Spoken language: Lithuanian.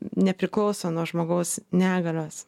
nepriklauso nuo žmogaus negalios